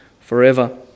forever